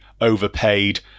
overpaid